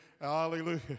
hallelujah